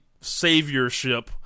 saviorship